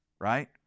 right